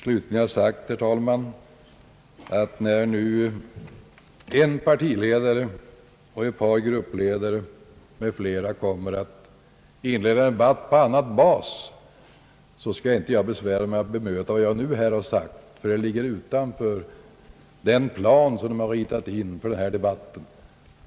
Slutligen, herr talman, vill jag säga, att när nu en partiledare och ett par gruppledare m.fl. kommer att inleda en debatt på annan bas, skall jag inte besvära mig med att ytterligare utveckla vad jag nu har sagt. Det ligger utanför den plan som är uppritad för denna debatt.